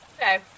Okay